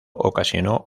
ocasionó